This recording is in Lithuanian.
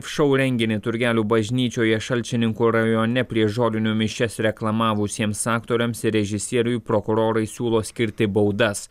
šou renginį turgelių bažnyčioje šalčininkų rajone prieš žolinių mišias reklamavusiems aktoriams režisieriui prokurorai siūlo skirti baudas